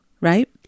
right